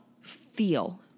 feel